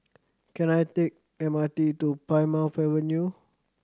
can I take M R T to Plymouth Avenue